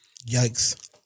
Yikes